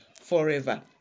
forever